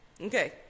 okay